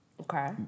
okay